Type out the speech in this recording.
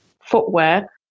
footwear